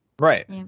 Right